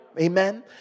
amen